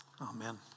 Amen